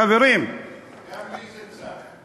חברים, גם לי זה צר.